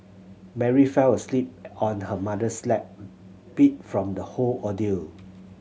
Mary fell asleep on her mother's lap beat from the whole ordeal